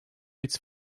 its